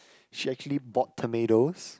she actually bought tomatoes